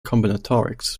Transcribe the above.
combinatorics